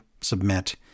submit